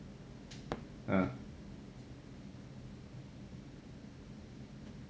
!huh!